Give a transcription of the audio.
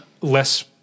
less